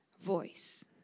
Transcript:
voice